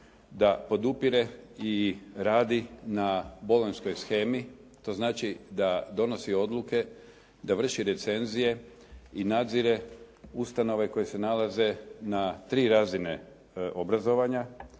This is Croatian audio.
da podupire i radi na bolonjskoj shemi, to znači da donosi odluke, da vrši recenzije i nadzire ustanove koje se nalaze na tri razine obrazovanja,